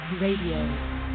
Radio